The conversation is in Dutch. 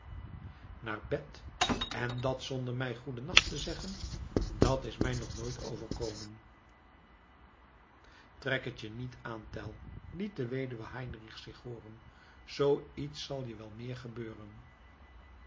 naar bed en dat zonder mij goênacht te zeggen dat is mij nog nooit overkomen trek het je niet aan tell liet de weduwe heinrichs zich hooren zoo iets zal je wel meer gebeuren